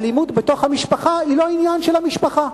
שאלימות בתוך המשפחה היא לא עניין של המשפחה.